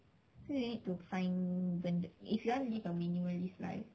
so you need to find ben~ if you want to live a minimalist life